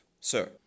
sir